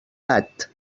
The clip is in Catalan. gat